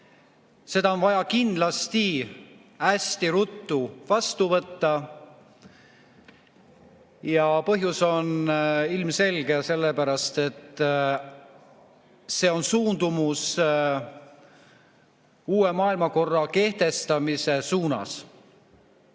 see on vaja kindlasti hästi ruttu vastu võtta. Ja põhjus on ilmselge: sellepärast, et see on suundumus uue maailmakorra kehtestamise suunas.